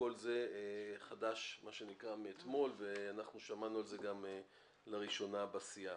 וכל זה חדש מאתמול ואנחנו שמענו את זה גם לראשונה בסיעה.